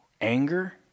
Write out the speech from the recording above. anger